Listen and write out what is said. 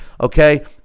Okay